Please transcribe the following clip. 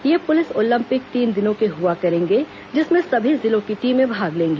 ये police Olympic तीन दिनों के हुआ करेंगे जिसमें सभी जिलों की टीमें भाग लेंगी